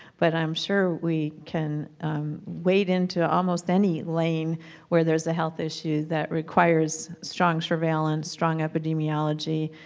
but i'm sure we can wade into almost any lane where there is a health issue that requires strong surveillance, strong epidemiology,